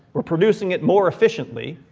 we're producing it more efficiently,